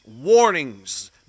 warnings